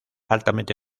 altamente